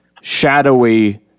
shadowy